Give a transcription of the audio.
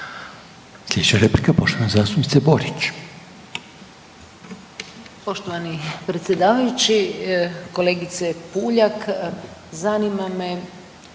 Sljedeća replika poštovane zastupnice Borić.